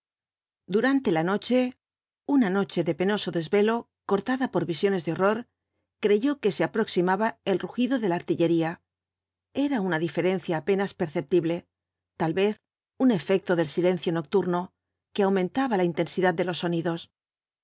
durante la noche una noche de penoso desvelo cortada por visiones de horror creyó que se aproximaba el rugido de la artillería era una diferencia apenas perceptible tal vez un efecto del silencio nocturno que los odatho jintttes dbl apocalipsis aumentaba la intensidad de los sonidos